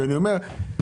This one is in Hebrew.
נכון.